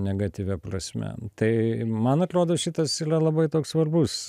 negatyvia prasme tai man atrodo šitas ylia labai toks svarbus